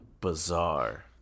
bizarre